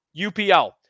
UPL